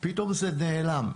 פתאום זה נעלם.